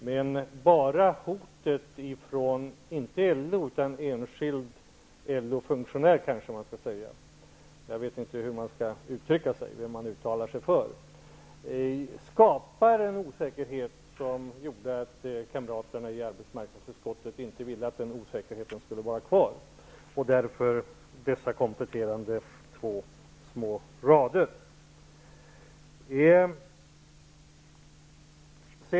Men enbart hotet från fackföreningar -- inte LO, utan jag skall kanske säga: enskild LO-funktionär, jag vet inte hur jag skall uttrycka mig, och vem man uttalar sig för -- skapade en osäkerhet, och kamraterna i arbetsmarknadsutskottet ville inte att den osäkerheten skulle vara kvar, och därav följde dessa kompletterande två små rader.